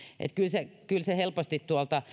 kyllä se helposti